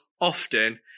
often